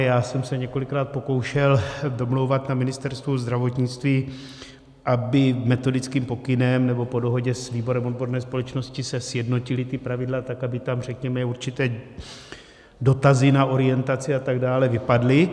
Já jsem se několikrát pokoušel domlouvat na Ministerstvu zdravotnictví, aby se metodickým pokynem nebo po dohodě s výborem odborné společnosti sjednotila pravidla tak, aby tam, řekněme, určité dotazy na orientaci a tak dále vypadly.